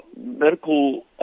medical